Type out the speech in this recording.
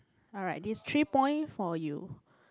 alright these three point for you